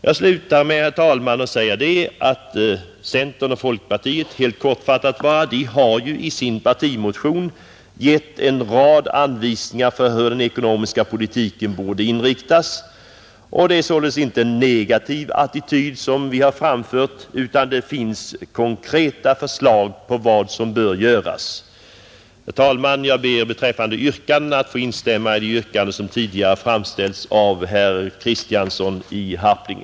Jag slutar mitt anförande, herr talman, med att säga att centern och folkpartiet i sin partimotion har gett en rad anvisningar om hur den ekonomiska politiken bör inriktas. Det är således inte en negativ attityd som vi har intagit, utan det finns konkreta förslag på vad som bör göras. Herr talman! Jag ber att få instämma i det yrkande som tidigare har framställts av herr Kristiansson i Harplinge.